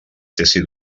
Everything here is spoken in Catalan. tesi